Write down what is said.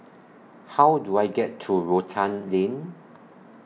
How Do I get to Rotan Lane